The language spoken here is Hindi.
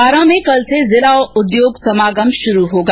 बारां में कल से जिला उद्योग समागम शुरू होगा